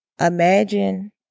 imagine